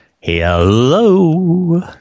hello